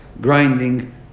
grinding